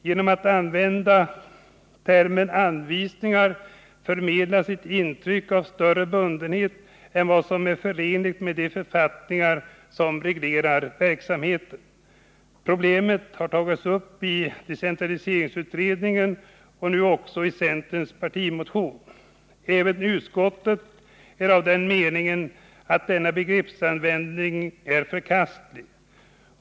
Genom att använda termen anvisningar förmedlas ett intryck av större bundenhet än vad som är förenligt med de författningar som reglerar verksamheten. Problemet har tagits upp av decentraliseringsutredningen och nu också i centerns partimotion. Även utskottet är av den meningen att denna begreppsanvändning är förkastlig.